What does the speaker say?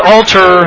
Alter